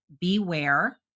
Beware